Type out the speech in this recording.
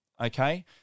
okay